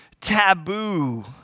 taboo